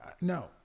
no